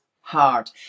hard